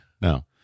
No